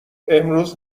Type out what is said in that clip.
امروز